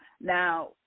Now